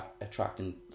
attracting